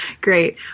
Great